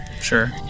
sure